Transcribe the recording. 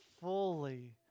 fully